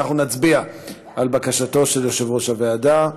אנחנו נצביע על בקשתו של יושב-ראש הוועדה.